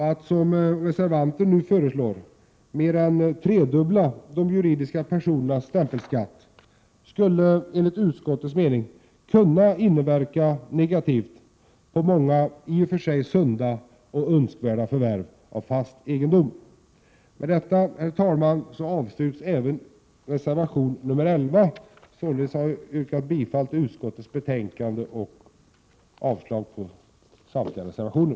Att som reservanten nu föreslår mer än tredubbla de juridiska personernas stämpelskatt skulle enligt utskottets mening kunna inverka negativt på många i och för sig sunda och önskvärda förvärv av fast egendom. Med detta, herr talman, avstyrks även reservation nr 11. Således har jag yrkat bifall till utskottets hemställan och avslag på samtliga reservationer.